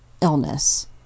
illness